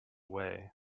way